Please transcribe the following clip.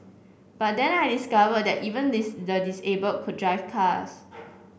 but then I discovered that even the disable could drive cars